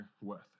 worth